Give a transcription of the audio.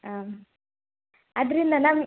ಹಾಂ ಅದರಿಂದ ನಮ್ಮ